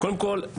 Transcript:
קודם כול,